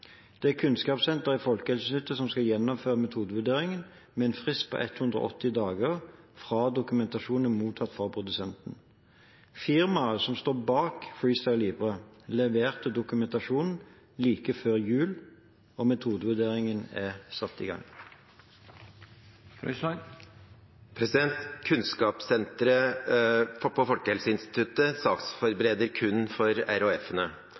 Det er Kunnskapssenteret i Folkehelseinstituttet som skal gjennomføre metodevurderingen, med en frist på 180 dager fra dokumentasjon er mottatt fra produsenten. Firmaet som står bak FreeStyle Libre, leverte dokumentasjon like før jul, og metodevurderingen er satt i gang. Kunnskapssenteret på Folkehelseinstituttet saksforbereder kun for